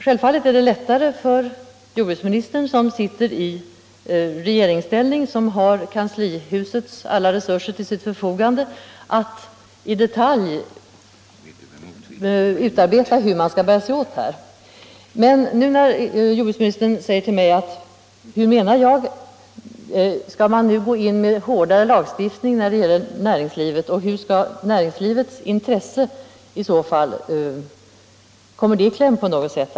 Självfallet är det lättare för jordbruksministern, som sitter i regeringsställning och som har kanslihusets alla resurser till sitt förfogande, att i detalj utarbeta hur man skall gå till väga. Jordbruksministern undrar om jag menar att man skall gå in med hårdare lagstiftning när det gäller näringslivet och om i så fall näringslivets intresse kommer i kläm på något sätt.